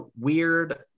weird